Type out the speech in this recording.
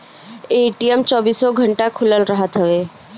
ATM चौबीसो घंटा खुलल रहत हवे